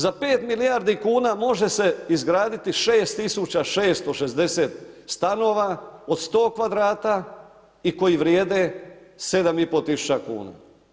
Za 5 milijardi kuna može se izgraditi 6660 stanova od 100 kvadrata i koji vrijedi 7,5 tisuća kuna.